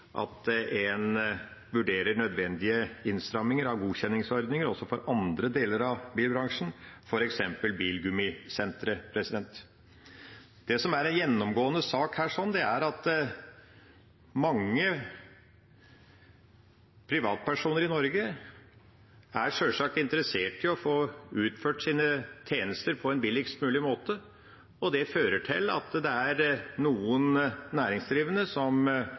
at en vurderer nødvendige innstramminger av godkjenningsordninger også for andre deler av bilbransjen, f.eks. bilgummisentre. Det som er en gjennomgående sak her, er at mange privatpersoner i Norge sjølsagt er interessert i å få utført sine tjenester på en billigst mulig måte, og det fører til at det er noen næringsdrivende som